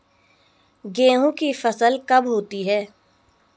गेहूँ की फसल कब होती है?